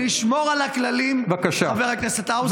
נשמור על הכללים, חבר הכנסת האוזר.